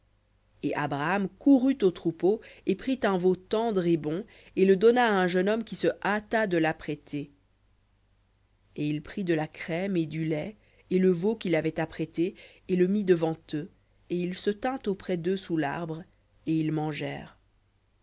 et abraham courut au troupeau et prit un veau tendre et bon et le donna à un jeune homme qui se hâta de lapprêter et il prit de la crème et du lait et le veau qu'il avait apprêté et le mit devant eux et il se tint auprès d'eux sous l'arbre et ils mangèrent